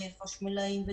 חשמלאים,